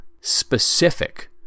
specific